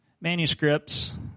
manuscripts